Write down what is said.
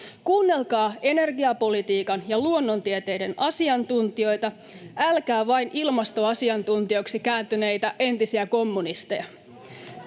Kuunnelkaa energiapolitiikan ja luonnontieteiden asiantuntijoita, älkää vain ilmastoasiantuntijoiksi kääntyneitä entisiä kommunisteja.